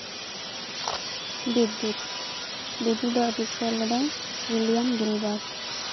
ᱵᱤᱫᱽᱫᱩᱛ ᱵᱤᱫᱽᱫᱩᱛ ᱫᱚᱭ ᱟᱵᱤᱥᱠᱟᱨ ᱞᱮᱫᱟᱭ ᱩᱭᱞᱤᱭᱟᱢ ᱜᱤᱞᱵᱟᱨᱴ